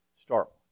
Start